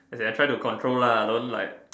I try to control lah I don't like